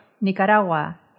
Nicaragua